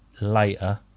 later